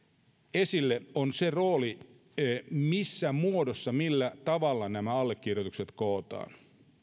esille on se rooli missä muodossa millä tavalla nämä allekirjoitukset kootaan